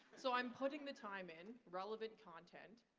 so i'm putting the time in, relevant content,